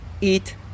eat